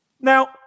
Now